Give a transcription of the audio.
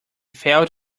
failed